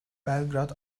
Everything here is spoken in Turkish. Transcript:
belgrad